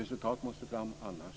Ett resultat måste fram.